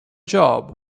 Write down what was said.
job